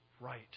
right